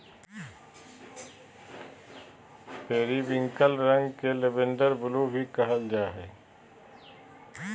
periwinkle रंग के lavender blue भी कहल जा हइ